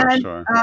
sure